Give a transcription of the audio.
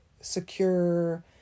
secure